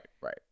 right